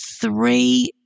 three